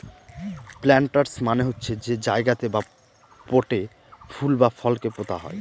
planters মানে হচ্ছে যে জায়গাতে বা পটে ফুল বা ফলকে পোতা হয়